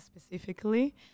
specifically